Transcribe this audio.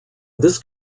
this